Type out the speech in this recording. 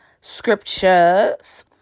scriptures